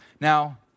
Now